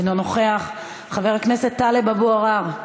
אינו נוכח, חבר הכנסת טלב אבו עראר,